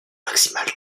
maximale